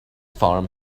farm